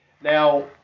now